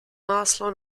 máslo